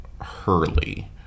Hurley